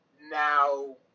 Now